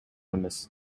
эмес